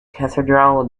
cathedral